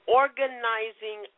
organizing